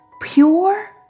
pure